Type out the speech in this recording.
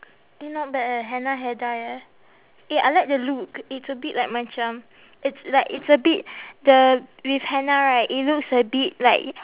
eh not bad eh henna hair dye eh eh I like the look it's a bit like macam it's like it's a bit the with henna right it looks a bit like